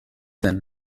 then